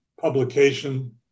publication